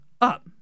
up